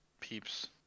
peeps